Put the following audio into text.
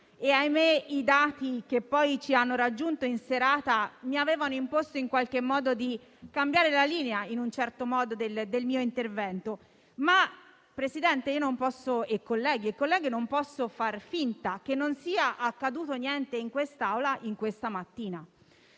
i dati che ci hanno raggiunto in serata mi avevano imposto di cambiare la linea del mio intervento. Ma, signor Presidente, colleghi e colleghe, non posso far finta che non sia accaduto niente in Aula questa mattina;